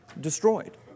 destroyed